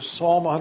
Psalm